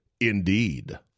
indeed